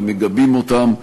ומגבים אותם,